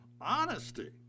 honesty